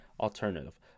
alternative